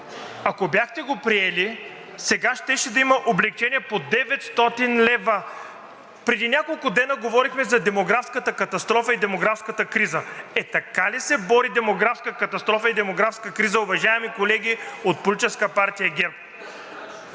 Ако бяхте го приели, сега щеше да има облекчение по 900 лв. Преди няколко дена говорихме за демографската катастрофа и демографската криза. Е, така ли се бори демографска катастрофа и демографска криза, уважаеми колеги от Политическа партия ГЕРБ,